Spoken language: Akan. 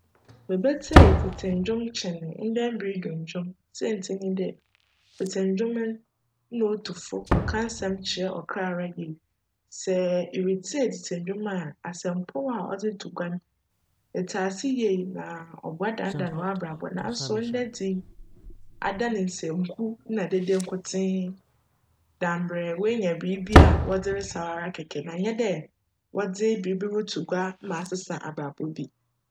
Mebetsie tsetse ndwom kyjn ndj mber yi mu ndwom siantsir nye dj, tsetse ndwom no nna otu fo, cka asjm kyerj ckra ara yie. Sj eretsie tsetse ndwom a asjmpcw a cdze to gua no, etse ase yie ma cboa dandan w'abrabc naaso ndj dze yi adan nsanku na dede nkotsee da mbrj woenyi biribi a wcdze resaw ara kjkj na nnyj dj wcdze biribi roto gua ma asesa abrabc bi.